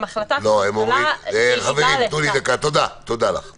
החלטת הממשלה כוללת שלושה סעיפים.